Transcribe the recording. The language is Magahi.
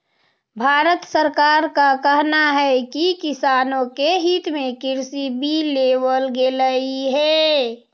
भारत सरकार का कहना है कि किसानों के हित में कृषि बिल लेवल गेलई हे